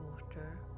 water